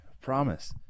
Promise